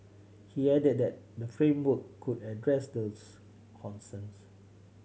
he added that the framework could address those concerns